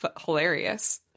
hilarious